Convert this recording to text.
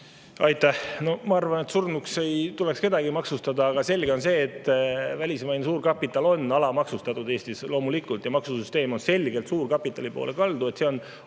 Aitäh! Ma arvan, et surnuks ei tuleks kedagi maksustada, aga selge on see, et välismaine suurkapital on Eestis alamaksustatud, loomulikult. Maksusüsteem on selgelt suurkapitali poole kaldu. See on